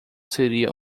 seria